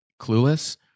clueless